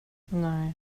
nej